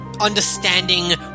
understanding